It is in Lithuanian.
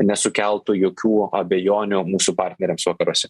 nesukeltų jokių abejonių mūsų partneriams vakaruose